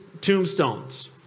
tombstones